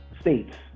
states